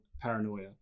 paranoia